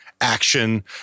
action